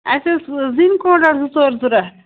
اَسہِ ٲسۍ زِنۍ کۄینٹَل زٕ ژور ضرورت